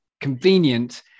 convenient